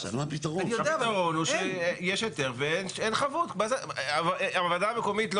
אכן בות"ל יש זכות ערר על